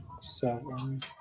seven